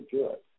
good